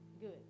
good